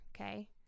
okay